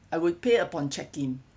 I would pay upon check in